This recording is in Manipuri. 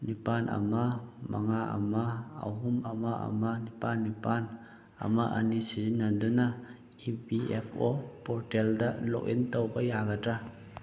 ꯅꯤꯄꯥꯜ ꯑꯃ ꯃꯉꯥ ꯑꯃ ꯑꯍꯨꯝ ꯑꯃ ꯑꯃ ꯅꯤꯄꯥꯜ ꯅꯤꯄꯥꯜ ꯑꯃ ꯑꯅꯤ ꯁꯤꯖꯤꯟꯅꯗꯨꯅ ꯏ ꯄꯤ ꯑꯦꯐ ꯑꯣ ꯄꯣꯔꯇꯦꯜꯗ ꯂꯣꯛꯏꯟ ꯇꯧꯕ ꯌꯥꯒꯗ꯭ꯔꯥ